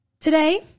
Today